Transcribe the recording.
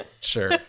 Sure